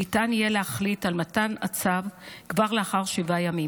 ניתן יהיה להחליט על מתן הצו כבר לאחר שבעה ימים.